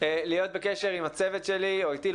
להיות בקשר עם הצוות שלי או איתי,